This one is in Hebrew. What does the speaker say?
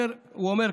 הוא אומר,